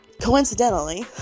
coincidentally